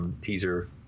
teaser